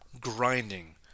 grinding